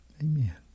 Amen